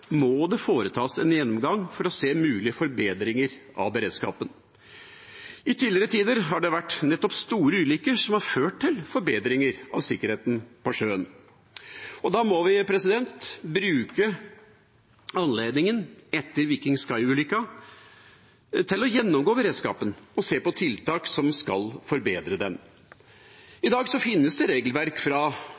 må det foretas en gjennomgang for å se på mulige forbedringer av beredskapen. I tidligere tider har det vært nettopp store ulykker som har ført til forbedringer av sikkerheten på sjøen. Da må vi bruke anledningen etter «Viking Sky»-ulykken til å gjennomgå beredskapen og se på tiltak som kan forbedre den. I dag finnes det regelverk fra